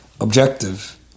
objective